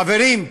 חברים,